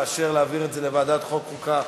לאשר להעביר את זה לוועדת החוקה,